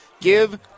give